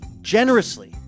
generously